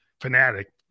fanatic